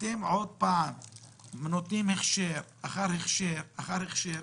אתם עוד פעם נותנים הכשר אחר הכשר אחר הכשר.